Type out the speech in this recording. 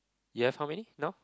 you have how many now